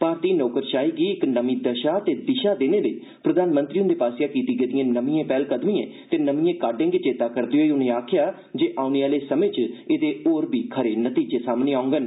भारती नौकरशाही गी इक नर्मी दशा ते दिशा देने लेई प्रधानमंत्री हंदे आसेआ कीती गेदिएं नमियां पैह्नकदमिएं ते नमियें काह्डें गी चेता करदे होई उनें आखेआ जे औने आह्ने समें च एह्दे होर बी खरे नतीजे सामने आङन